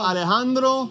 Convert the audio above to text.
Alejandro